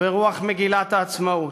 ברוח מגילת העצמאות,